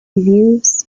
reviews